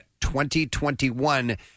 2021